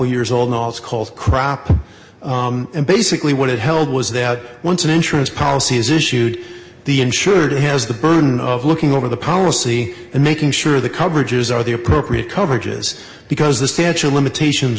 couple years old no it's called crap and basically what it held was that once an insurance policy is issued the insured has the burden of looking over the policy and making sure the coverages are the appropriate coverages because the statue of limitations